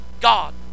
God